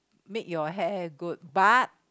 make your hair good but